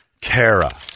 Kara